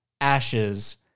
ashes